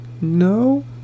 no